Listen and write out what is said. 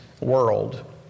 world